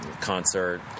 concert